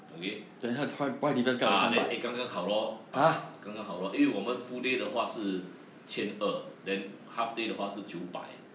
okay ah then eh 刚刚好 lor ah 刚刚好 lor 因为我们 full day 的话是千二 then half day 的话是九百